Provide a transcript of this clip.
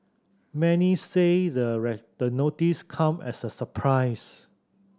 many say the the notice come as a surprise